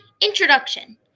Introduction